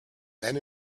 men